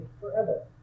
forever